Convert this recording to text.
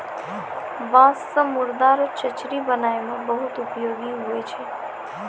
बाँस से मुर्दा रो चचरी बनाय मे बहुत उपयोगी हुवै छै